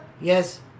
Yes